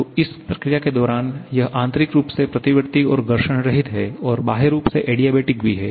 तो इस प्रक्रिया के दौरान यह आंतरिक रूप से प्रतिवर्ती और घर्षण रहित है और बाह्य रूप से एडियैबेटिक भी है